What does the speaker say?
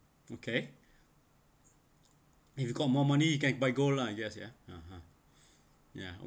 okay if you got more money you can buy gold lah yes ya uh uh ya